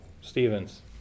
Stevens